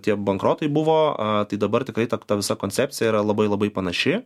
tie bankrotai buvo tai dabar tikrai ta visa koncepcija yra labai labai panaši